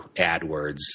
AdWords